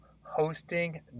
hosting